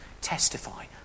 Testify